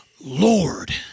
Lord